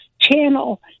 channel